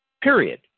period